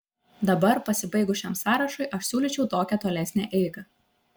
dabar pasibaigus šiam sąrašui aš siūlyčiau tokią tolesnę eigą